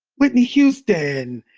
whitney houston,